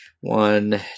One